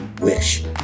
wish